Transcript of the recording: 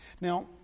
Now